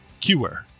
QWare